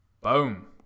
Boom